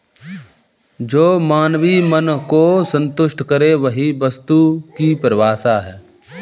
जो मानवीय मन को सन्तुष्ट करे वही वस्तु की परिभाषा है